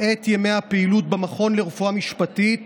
את ימי הפעילות במכון לרפואה משפטית